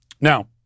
Now